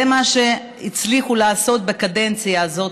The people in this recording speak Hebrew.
זה מה שהצליחו לעשות בקדנציה הזאת.